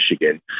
Michigan